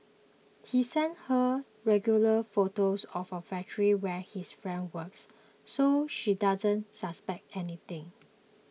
he sends her regular photos of a factory where his friend works so she doesn't suspect anything